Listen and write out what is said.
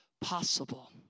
possible